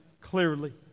clearly